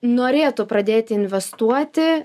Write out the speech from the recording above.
norėtų pradėti investuoti